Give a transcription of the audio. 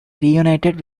reunited